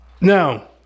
Now